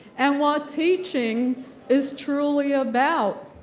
and what teaching is truly about.